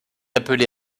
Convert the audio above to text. appelé